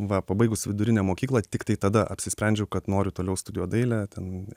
va pabaigus vidurinę mokyklą tiktai tada apsisprendžiau kad noriu toliau studijuot dailę ten